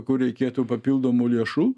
kur reikėtų papildomų lėšų